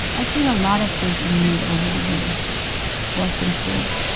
i'd seen a lot of kids in need over the years orphaned kids,